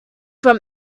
from